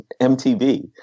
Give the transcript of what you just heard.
MTV